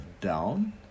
down